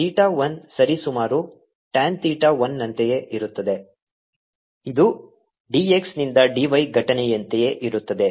theta 1 ಸರಿಸುಮಾರು tan theta 1 ನಂತೆಯೇ ಇರುತ್ತದೆ ಇದು d x ನಿಂದ d y ಘಟನೆಯಂತೆಯೇ ಇರುತ್ತದೆ